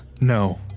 No